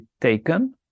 taken